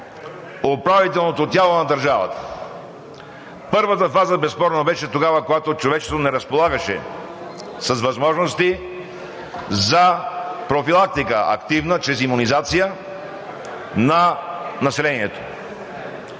управителното тяло на държавата. Първата фаза безспорно беше тогава, когато човечеството не разполагаше с възможности за активна профилактика чрез имунизация на населението.